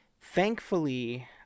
Thankfully